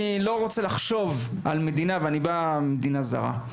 אני נולדתי במדינה זרה.